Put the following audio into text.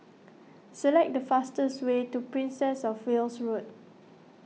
select the fastest way to Princess of Wales Road